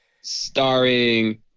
starring